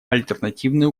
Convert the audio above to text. альтернативные